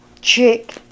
chick